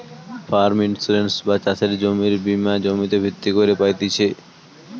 farm insurance বা চাষের জমির বীমা জমিতে ভিত্তি কইরে পাইতেছি